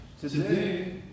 Today